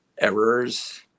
errors